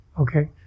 okay